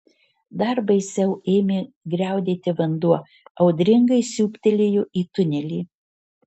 dar baisiau ėmė griaudėti vanduo audringai siūbtelėjo į tunelį